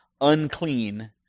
unclean